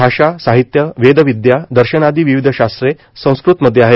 भाषा साहित्य वेदविद्या दर्शनादि विविघ शास्त्रो संस्कृतमध्ये आहे